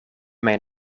mijn